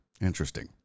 Interesting